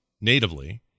natively